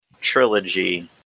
trilogy